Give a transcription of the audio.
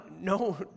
no